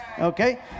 Okay